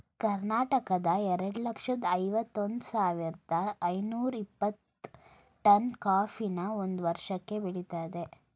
ಕರ್ನಾಟಕ ಎರಡ್ ಲಕ್ಷ್ದ ಐವತ್ ಒಂದ್ ಸಾವಿರ್ದ ಐನೂರ ಇಪ್ಪತ್ತು ಟನ್ ಕಾಫಿನ ಒಂದ್ ವರ್ಷಕ್ಕೆ ಬೆಳಿತದೆ